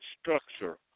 structure